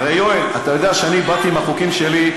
הרי יואל, אתה יודע שאני באתי עם החוקים שלי.